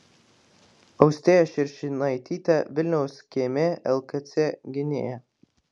austėja širšinaitytė vilniaus km lkc gynėja